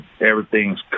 everything's